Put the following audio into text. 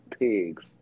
pigs